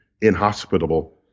inhospitable